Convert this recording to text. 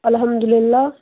الحمدُاللہ